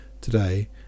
Today